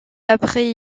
après